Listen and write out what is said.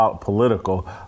political